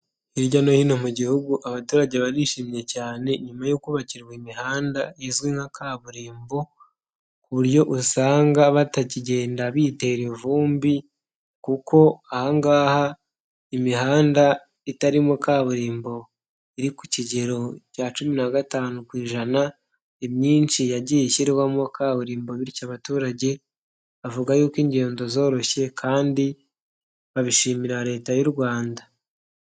Hirya no hino mu gihugu, abaturage barishimye cyane nyuma yo kubakirwa imihanda izwi nka kaburimbo ku buryo usanga batakigenda bitera ivumbi kuko ahangaha imihanda itarimo kaburimbo iri ku kigero cya cumi nagatanu kwiijana, imyinshi yagiye ishyirwamo kaburimbo bityo abaturage avuga yuko ingendo zoroshye kandi babishimira leta y'u rwanda.